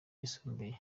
yisumbuye